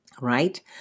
Right